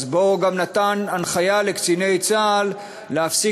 אז הוא גם נתן הנחיה לקציני צה"ל להפסיק